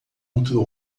outro